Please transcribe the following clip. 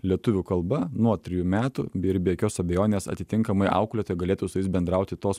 lietuvių kalba nuo trejų metų ir be jokios abejonės atitinkamai auklėti galėtų su jais bendrauti tos